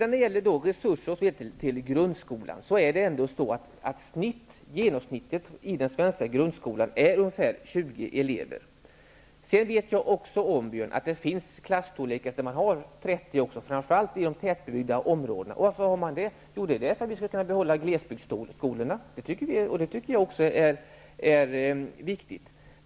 När det gäller resurser till grundskolan vill jag peka på att det genomsnittligt finns ungefär 20 elever per klass i den svenska grundskolan. Jag vet om att det också finns klasstorlekar om ca 30 elever, framför allt i de tättbebyggda områdena. Skälet härtill är att vi härigenom får möjlighet att behålla glesbygdsskolorna. Jag tycker att också det är viktigt.